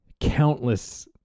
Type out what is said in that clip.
countless